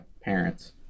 parents